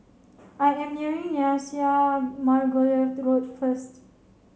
I am Nyasia Margoliouth Road first